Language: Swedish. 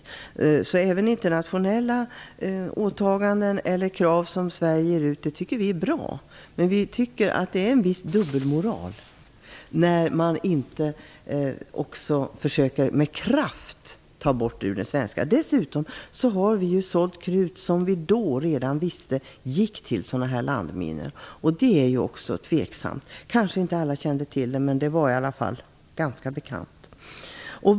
Vi tycker även att internationella åtaganden eller krav från Sveriges sida är bra, men vi tycker att det är en viss dubbelmoral när man inte med kraft försöker ta bort dessa vapen från svensk sida. Dessutom har vi sålt krut som vi redan vid försäljningstillfället visste gick till landminor, och även det är tveksamt. Kanske kände inte alla till förhållandet, men det var ganska bekant.